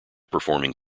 performing